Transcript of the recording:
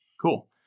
cool